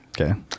okay